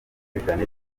janet